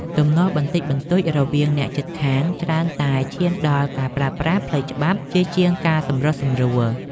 ទំនាស់បន្តិចបន្តួចរវាងអ្នកជិតខាងច្រើនតែឈានដល់ការប្រើប្រាស់ផ្លូវច្បាប់ជាជាងការសម្រុះសម្រួល។